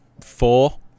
four